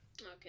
Okay